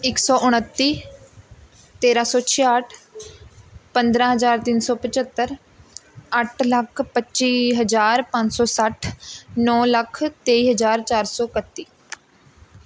ਇੱਕ ਸੌ ਉਣੱਤੀ ਤੇਰ੍ਹਾਂ ਸੌ ਛਿਆਹਠ ਪੰਦਰ੍ਹਾਂ ਹਜ਼ਾਰ ਤਿੰਨ ਸੌ ਪੰਝੱਤਰ ਅੱਠ ਲੱਖ ਪੱਚੀ ਹਜ਼ਾਰ ਪੰਜ ਸੌ ਸੱਠ ਨੌ ਲੱਖ ਤੇਈ ਹਜ਼ਾਰ ਚਾਰ ਸੌ ਇਕੱਤੀ